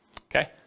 okay